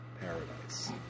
Paradise